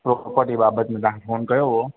उहो प्रॉपर्टी बाबति में तव्हांखे फ़ोन कयो हुयो